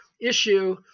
issue